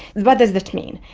what does that mean?